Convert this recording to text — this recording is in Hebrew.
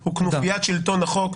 הוא כנופיית שלטון החוק".